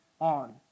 on